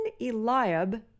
Eliab